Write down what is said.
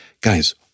Guys